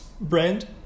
brand